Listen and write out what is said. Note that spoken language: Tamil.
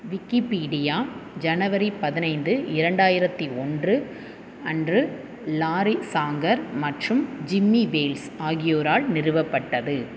விக்கிப்பீடியா ஜனவரி பதினைந்து இரண்டாயிரத்தி ஒன்று அன்று லாரி சாங்கர் மற்றும் ஜிம்மி வேல்ஸ் ஆகியோரால் நிறுவப்பட்டது